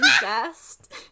best